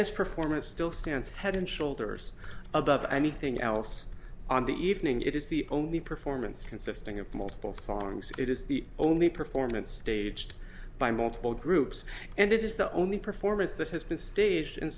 this performance still stands head and shoulders above anything else on the evening it is the only performance consisting of multiple songs it is the only performance staged by multiple groups and it is the only performance that has been staged